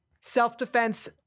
Self-defense